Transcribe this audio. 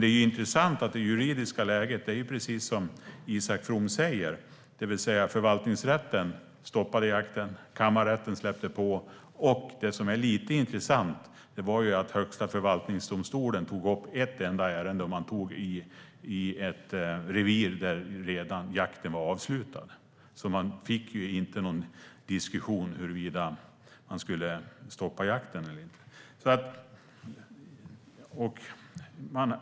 Det är intressant att det juridiska läget är precis som Isak From säger, nämligen att förvaltningsrätten stoppade jakten, kammarrätten släppte på och, vilket var intressant, Högsta förvaltningsdomstolen tog upp ett enda ärende som berörde ett revir där jakten redan var avslutad. Det blev inte någon diskussion om huruvida jakten skulle stoppas eller inte.